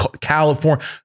California